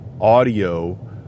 audio